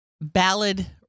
ballad